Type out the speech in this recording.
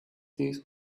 days